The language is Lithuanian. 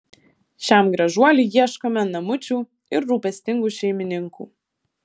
šiam gražuoliui ieškome namučių ir rūpestingų šeimininkų